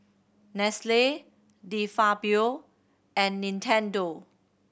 Nestle De Fabio and Nintendo